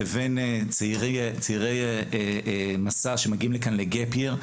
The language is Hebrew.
לבין צעירי מסע שמגיעים לכאן ל'גאפ היר',